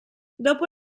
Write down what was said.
dopo